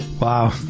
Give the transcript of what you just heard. Wow